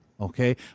Okay